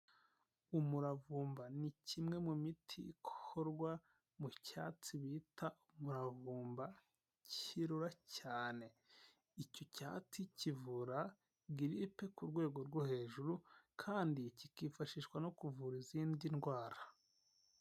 Umuravumba ni kimwe mu miti ikorwa mu cyatsi bita umuravumba, kirura cyane, icyo cyatsi kivura giripe ku rwego rwo hejuru, kandi kikifashishwa no kuvura izindi ndwara.